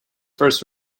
first